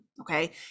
okay